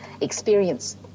experience